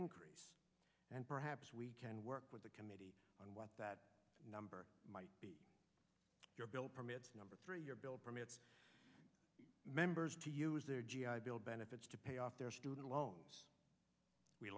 increase and perhaps we can work with the committee on what that number might be your bill permits number three your bill permits members to use their g i bill benefits to pay off their student loans we